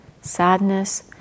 sadness